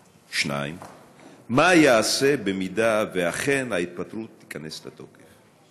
2. מה ייעשה אם אכן ההתפטרות תיכנס לתוקף?